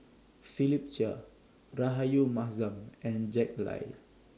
Philip Chia Rahayu Mahzam and Jack Lai